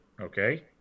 Okay